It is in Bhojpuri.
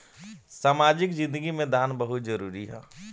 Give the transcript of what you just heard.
सामाजिक जिंदगी में दान बहुत जरूरी ह